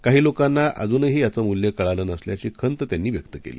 काहीलोकांनाअजूनहीयाचंमुल्यकळालंनसल्याचीखंतत्यांनीव्यक्तकेली